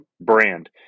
brand